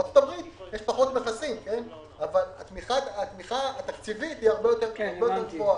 בארצות הברית יש פחות מכסים אבל התמיכה התקציבית הרבה יותר גבוהה.